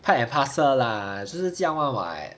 part and parcel lah 就是这样 lor what